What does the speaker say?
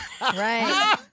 Right